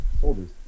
soldiers